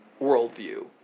worldview